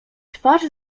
twarz